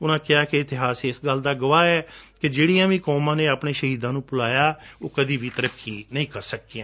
ਉਨੂਾਂ ਕਿਹਾ ਕਿ ਇਤਿਹਾਸ ਇਸ ਗੱਲ ਦਾ ਗਵਾਹ ਏ ਕਿ ਜਿਹੜੀਆਂ ਵੀ ਕੌਮਾਂ ਨੇ ਆਪਣੇ ਸ਼ਹੀਦਾਂ ਨੂੰ ਭੁਲਾਇਆ ਉਹ ਕਦੇ ਵੀ ਤਰੱਕੀ ਨਹੀਂ ਕਰ ਸਕਿਆ